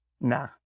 Nah